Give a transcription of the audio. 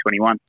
2021